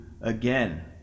again